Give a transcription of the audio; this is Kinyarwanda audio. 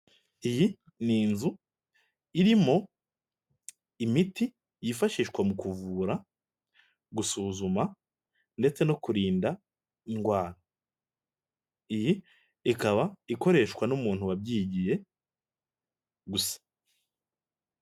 Iyi ni inzu irimo imiti yifashishwa mu kuvura, gusuzuma ndetse no kurinda indwara. Iyi ikaba ikoreshwa n'umuntu wabyigiye gusa.